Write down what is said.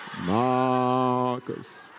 Marcus